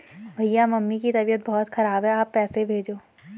भैया मम्मी की तबीयत बहुत खराब है आप पैसे भेजो